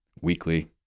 weekly